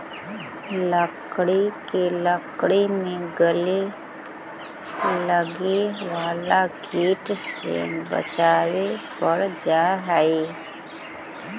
लकड़ी के लकड़ी में लगे वाला कीट से बचावे पड़ऽ हइ